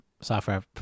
software